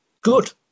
Good